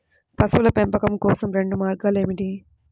పశువుల పెంపకం కోసం రెండు మార్గాలు ఏమిటీ?